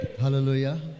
hallelujah